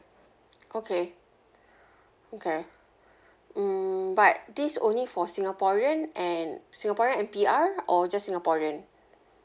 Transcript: okay okay mm but this only for singaporean and singaporean and P_R or just singaporean